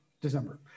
December